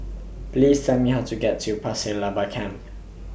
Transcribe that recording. Please Tell Me How to get to Pasir Laba Camp